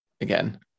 again